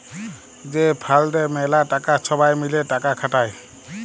যে ফাল্ডে ম্যালা টাকা ছবাই মিলে টাকা খাটায়